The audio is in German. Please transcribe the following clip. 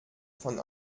von